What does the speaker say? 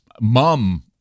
mum